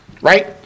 Right